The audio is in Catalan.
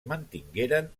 mantingueren